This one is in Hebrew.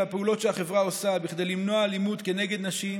הפעולות שהחברה עושה כדי למנוע אלימות כנגד נשים